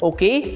Okay